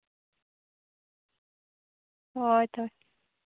ᱦᱳᱭ ᱛᱚᱵᱮ